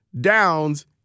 downs